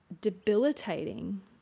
debilitating